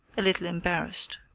a little embarrassed.